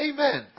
Amen